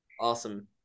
Awesome